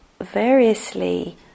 variously